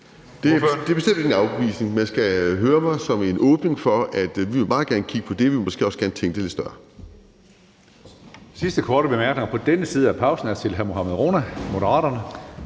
er bestemt ikke en afvisning. Man skal høre mig som en, der er åben for, at vi meget gerne vil kigge på det, men vi vil måske også gerne tænke lidt større.